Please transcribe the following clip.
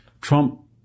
Trump